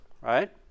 right